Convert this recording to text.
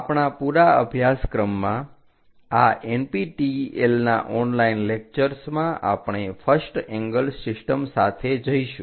આપણાં પૂરા અભ્યાસક્રમમાં આ NPTEL ના ઓનલાઈન લેકચર્સમાં આપણે ફર્સ્ટ એંગલ સિસ્ટમ સાથે જઈશું